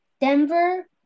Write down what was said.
Denver